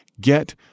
get